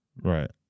Right